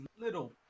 little